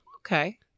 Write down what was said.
Okay